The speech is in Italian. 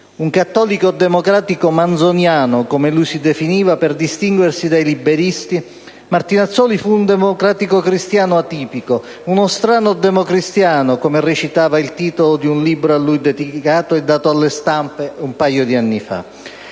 Un cattolico democratico manzoniano, come lui si definiva per distinguersi dai liberisti, Martinazzoli fu un democratico cristiano atipico, uno strano democristiano come recitava il titolo di un libro a lui dedicato dato alle stampe un paio di anni fa.